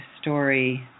story